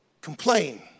Complain